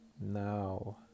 now